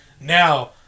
Now